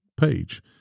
page